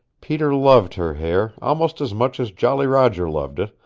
peter loved her hair, almost as much as jolly roger loved it,